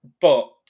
But-